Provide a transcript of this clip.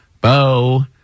Bo